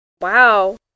Wow